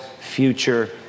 future